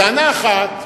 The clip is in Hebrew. טענה אחת,